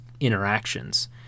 interactions